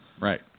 Right